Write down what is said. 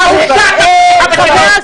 אתה הורשעת בתמיכה בטרור.